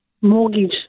mortgage